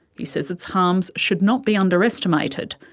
he says its harms should not be underestimated,